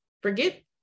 forget